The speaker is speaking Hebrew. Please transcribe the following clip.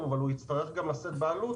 אבל הוא יצטרך גם לשאת בעלות,